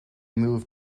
moved